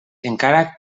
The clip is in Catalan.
encara